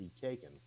taken